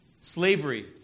Slavery